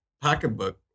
pocketbook